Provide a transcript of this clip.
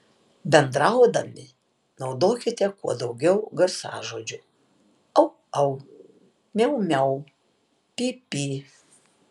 bendraudami naudokite kuo daugiau garsažodžių au au miau miau py py